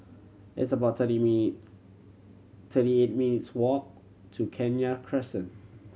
it's about thirty minutes' thirty eight minutes' walk to Kenya Crescent